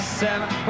seven